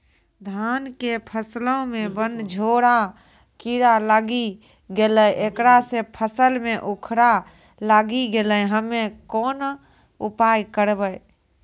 धान के फसलो मे बनझोरा कीड़ा लागी गैलै ऐकरा से फसल मे उखरा लागी गैलै हम्मे कोन उपाय करबै?